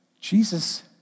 Jesus